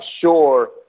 sure